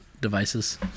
devices